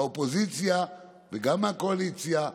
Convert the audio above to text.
מהאופוזיציה וגם מהקואליציה,